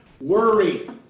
Worry